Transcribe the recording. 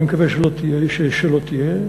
אני מקווה שלא תהיה,